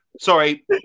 Sorry